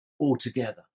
altogether